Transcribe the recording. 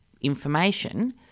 information